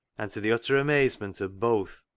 and, to the utter amazement of both,